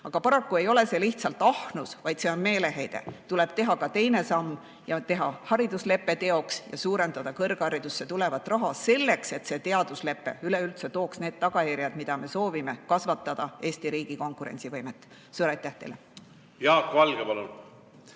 Aga paraku ei ole see lihtsalt ahnus, vaid see on meeleheide. Tuleb teha ka teine samm, teha hariduslepe teoks ja suurendada kõrgharidusse tulevat raha selleks, et see teaduslepe üleüldse tooks need tagajärjed, mida me soovime: kasvataks Eesti riigi konkurentsivõimet. Jaak Valge, palun!